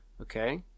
Okay